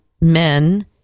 men